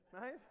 right